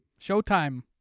showtime